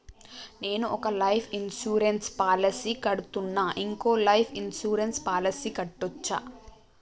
నేను ఒక life insurance policy కడ్తున్నా, ఇంకో లైఫ్ ఇన్సూరెన్స్ పాలసీ కట్టొచ్చా?